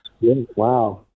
Wow